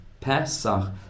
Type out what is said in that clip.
Pesach